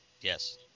Yes